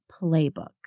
playbook